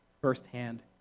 firsthand